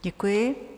Děkuji.